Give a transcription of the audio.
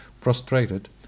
prostrated